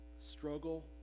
struggle